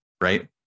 right